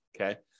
Okay